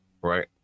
Right